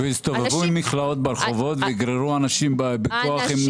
ויגררו אנשים בכוח.